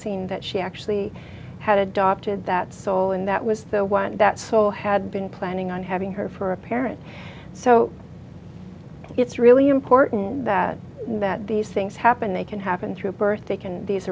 seen that she actually had adopted that soul and that was the one that so had been planning on having her for a parent so it's really important that that these things happen they can happen through birth they can these